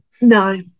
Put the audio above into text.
No